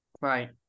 Right